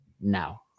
now